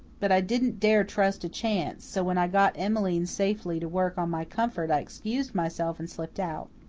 but i didn't dare trust to chance, so when i got emmeline safely to work on my comfort i excused myself and slipped out.